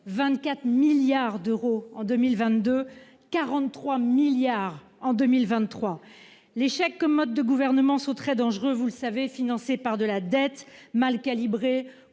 24 milliards d'euros en 2022, 43 milliards en 2023. L'échec comme mode de gouvernement sont très dangereux, vous le savez financé par de la dette mal calibrée